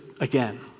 again